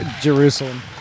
Jerusalem